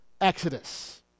exodus